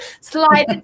slide